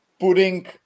putting